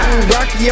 Rocky